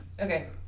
Okay